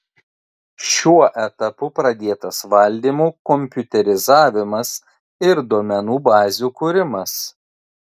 šiuo etapu pradėtas valdymo kompiuterizavimas ir duomenų bazių kūrimas